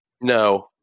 No